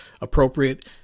appropriate